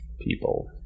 people